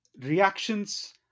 reactions